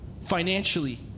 financially